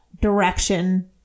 direction